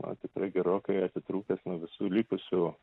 na tikrai gerokai atitrūkęs nuo visų likusių